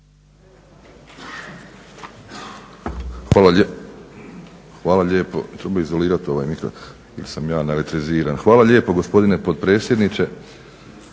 Hvala lijepo